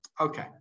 Okay